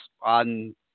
on